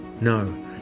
No